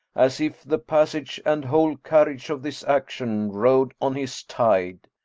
as if the passage and whole carriage of this action rode on his tide.